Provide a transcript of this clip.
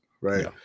right